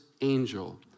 angel